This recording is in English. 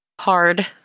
hard